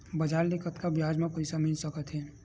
बजार ले कतका ब्याज म पईसा मिल सकत हे?